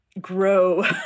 grow